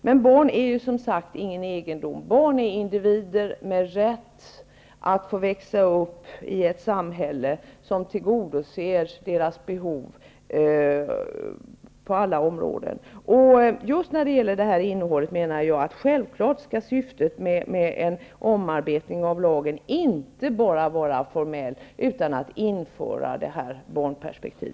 Men barn är som sagt ingen egendom. Barn är individer med rätt att växa upp i ett samhälle som tillgodoser deras behov på alla områden. Jag menar självfallet att syftet med en omarbetning av lagen inte skall vara bara formellt utan det skall vara att införa ett barnperspektiv.